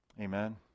Amen